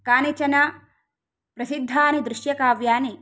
कानिचन प्रसिद्धानि दृश्यकाव्यानि